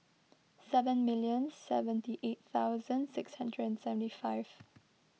seven million seventy eight thousand six hundred and seventy five